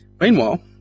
Meanwhile